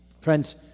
Friends